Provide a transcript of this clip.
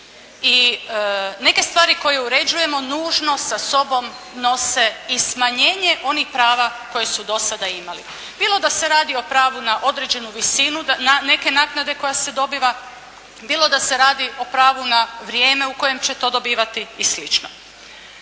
I neke stvari koje uređujemo nužno sa sobom nose i smanjenje onih prava koje su do sada imali. Bilo da se radi o pravu na određenu visinu, na neke naknade koja se dobiva. Bilo da se radi o pravu na vrijeme u kojem će to dobivati i